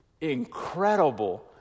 Incredible